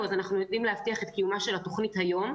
אנחנו יודעים להבטיח את קיומה של התוכנית היום,